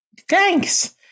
Thanks